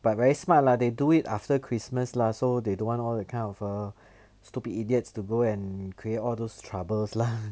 but very smart lah they do it after christmas lah so they don't want all that kind of err stupid idiots to go and create all those troubles lah